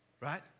right